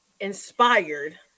inspired